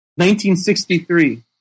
1963